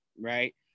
right